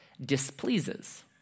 displeases